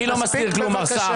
אני לא מסתיר כלום, מר סער.